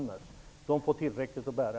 De får ändå tillräckligt att bära.